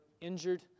injured